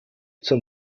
zum